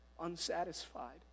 unsatisfied